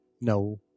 No